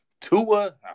Tua